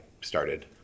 started